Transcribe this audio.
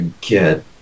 get